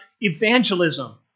evangelism